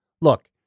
look